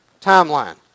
timeline